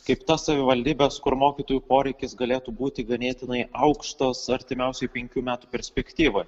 kaip tas savivaldybes kur mokytojų poreikis galėtų būti ganėtinai aukštas artimiausioj penkių metų perspektyvoj